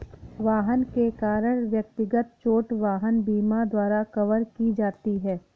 वाहन के कारण व्यक्तिगत चोट वाहन बीमा द्वारा कवर की जाती है